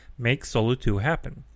MakeSolo2Happen